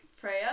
prayer